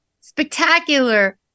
spectacular